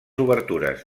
obertures